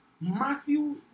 Matthew